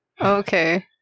Okay